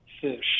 fish